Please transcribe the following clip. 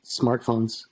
smartphones